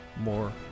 more